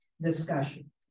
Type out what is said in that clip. discussion